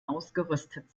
ausgerüstet